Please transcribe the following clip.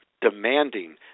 demanding